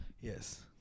Yes